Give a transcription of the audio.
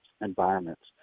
environments